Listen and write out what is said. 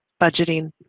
budgeting